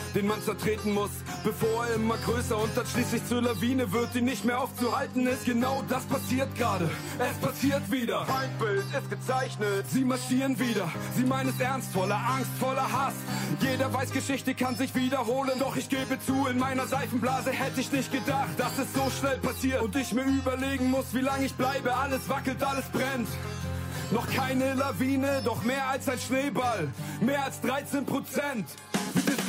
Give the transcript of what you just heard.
den man zertreten muss, bevor er immer größer und dann schließlich zur Lawine wird, die nicht mehr aufzuhalten ist. Genau das passiert gerade. Es passiert wieder. Feindbild ist gezeichnet. Sie marschieren wieder. Sie meinen es ernst. Voller Angst, voller Hass. Jeder weiß, Geschichte kann sich wiederholen. Doch ich gebe zu, in meiner Seifenblase hätte ich nicht gedacht, dass es so schnell passiert. Und ich mir überlegen muss, wie lange ich bleibe. Alles wackelt, alles brennt. Noch keine Lawine, doch mehr als ein Schneeball. Mehr als 13%. Mit dieser